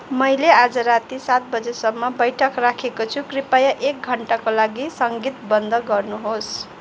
मैले आज राती सात बजीसम्म बैठक राखेको छु कृपया एक घन्टाको लागि सङ्गीत बन्द गर्नुहोस्